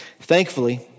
Thankfully